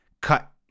cut